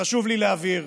חשוב לי להבהיר: